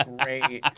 great